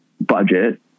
budget